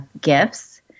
gifts